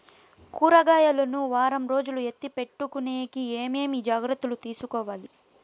కూరగాయలు ను వారం రోజులు ఎత్తిపెట్టుకునేకి ఏమేమి జాగ్రత్తలు తీసుకొవాలి?